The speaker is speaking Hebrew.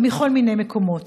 ומכל מיני מקומות.